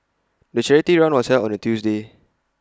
the charity run was held on A Tuesday